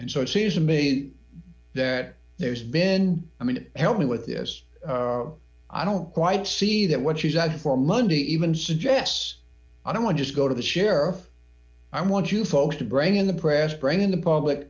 and so it seems to me that there's been i mean help me with this i don't quite see that what she said for monday even suggests i don't want just go to the sheriff i want you folks to bring in the press bring in the public